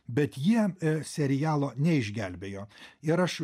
bet jie serialo neišgelbėjo ir aš